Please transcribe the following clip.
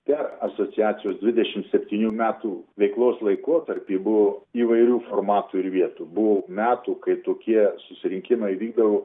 per asociacijos dvidešimt septynių metų veiklos laikotarpį buvo įvairių formatų ir vietų buvo metų kai tokie susirinkimai vykdavo